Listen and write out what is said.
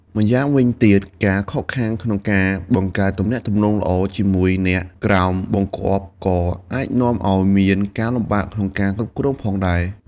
ម្យ៉ាងវិញទៀត ការខកខានក្នុងការបង្កើតទំនាក់ទំនងល្អជាមួយអ្នកក្រោមបង្គាប់ក៏អាចនាំឱ្យមានការលំបាកក្នុងការគ្រប់គ្រងផងដែរ។